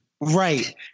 Right